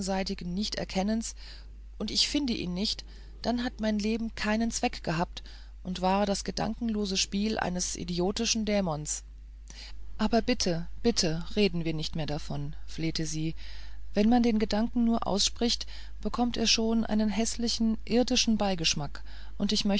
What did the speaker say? gegenseitigen nichterkennens und ich finde ihn nicht dann hat mein leben keinen zweck gehabt und war das gedankenlose spiel eines idiotischen dämons aber bitte bitte reden wir nicht mehr davon flehte sie wenn man den gedanken nur ausspricht bekommt er schon einen häßlichen irdischen beigeschmack und